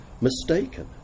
mistaken